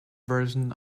version